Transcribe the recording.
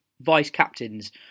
vice-captains